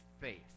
faith